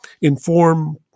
inform